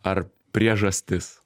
ar priežastis